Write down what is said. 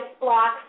blocks